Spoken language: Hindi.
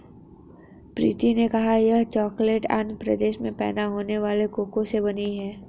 प्रीति ने कहा यह चॉकलेट आंध्र प्रदेश में पैदा होने वाले कोको से बनी है